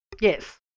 Yes